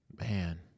man